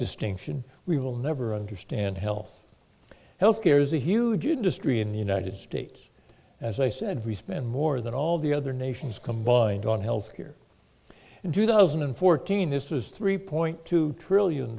distinction we will never understand health health care is a huge industry in the united states as i said we spend more than all the other nations combined on health care in two thousand and fourteen this is three point two trillion